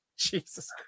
Jesus